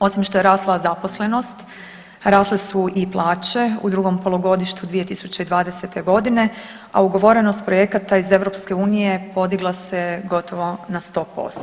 Osim što je rasla zaposlenost, rasle su i plaće u drugom polugodištu 2020. godine a ugovorenost projekata iz EU podigla se gotovo na 100%